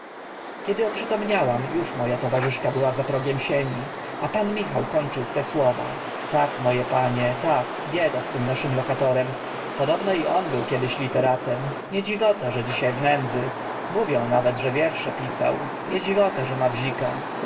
kiedy oprzytomniałam uż mo a towarzyszka była za progiem sieni a pan michał kończył w te słowa tak mo e panie tak bieda z tym naszym lokatorem podobno i on był kiedyś literatem nie dziwota że dzisia w nędzy mówią nawet że wiersze pisał nie dziwota że ma bzika